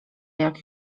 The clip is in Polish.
jak